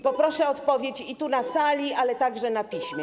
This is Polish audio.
Poproszę o odpowiedź tu, na sali, ale także na piśmie.